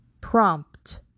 prompt